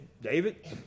David